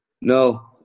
No